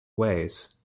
ways